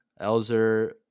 Elzer